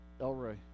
Elroy